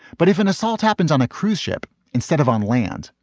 but if an assault happens on a cruise ship instead of on land,